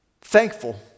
thankful